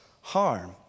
harm